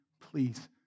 Please